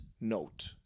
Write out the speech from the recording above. note